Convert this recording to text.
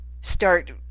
start